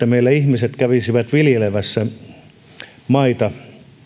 meillä ihmiset kävisivät viljelemässä maita